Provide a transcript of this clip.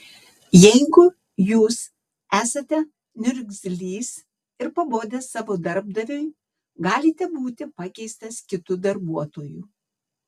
jeigu jūs esate niurgzlys ir pabodęs savo darbdaviui galite būti pakeistas kitu darbuotoju